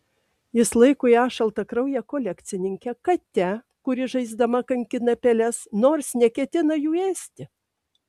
jis laiko ją šaltakrauje kolekcininke kate kuri žaisdama kankina peles nors neketina jų ėsti